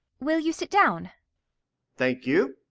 will you sit down thank you,